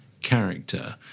character